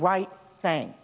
right thing